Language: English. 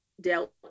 dealt